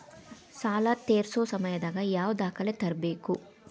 ಸಾಲಾ ತೇರ್ಸೋ ಸಮಯದಾಗ ಯಾವ ದಾಖಲೆ ತರ್ಬೇಕು?